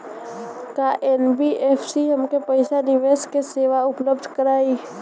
का एन.बी.एफ.सी हमके पईसा निवेश के सेवा उपलब्ध कराई?